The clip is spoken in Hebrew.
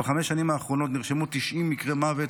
בחמש השנים האחרונות נרשמו 90 מקרי מוות